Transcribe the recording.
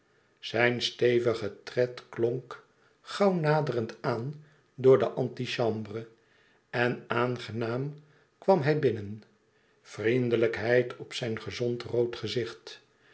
zijn stevige tred klonk gauw naderend aan door den corridor door de antichambre en aangenaam kwam hij binnen vriendelijkheid op zijn gezond rood gezicht